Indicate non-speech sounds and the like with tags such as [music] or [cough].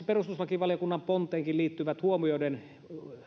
[unintelligible] perustuslakivaliokunnan ponteenkin liittyvien huomioiden